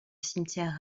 cimetière